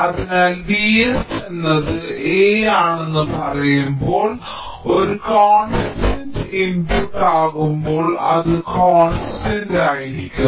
അതിനാൽ Vs എന്നത് a ആണെന്ന് പറയുമ്പോൾ ഒരു കോൺസ്റ്റന്റ് ഇൻപുട്ട് ആകുമ്പോൾ അത് കോൺസ്റ്റന്റ് ആയിരിക്കും